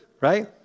right